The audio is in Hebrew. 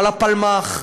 על הפלמ"ח,